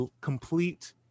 complete